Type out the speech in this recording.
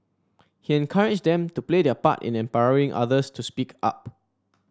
he encouraged them to play their part in empowering others to speak up